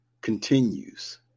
continues